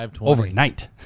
overnight